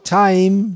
time